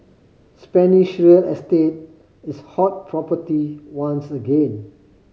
Spanish real estate is hot property once again